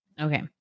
Okay